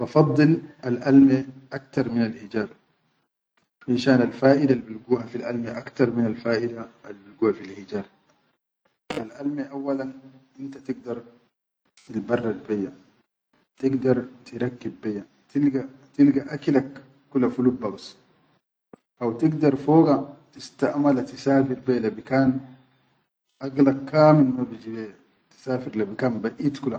Bafadidil al ame aktar minal hijaar fishan alfaida al bilguha fil alme aktar minal faʼida albilguha fil hijaar, al alme awwalan tigdar tirakkib beyya, tigda til barrrad beyya, tilga akilak kula fi lubba bas wa tigadar foga tistamala tisafir beyya le bikaan agilak kamin ma biji leyya tisafir le bikan.